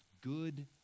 Good